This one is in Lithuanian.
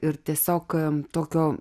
ir tiesiog tokio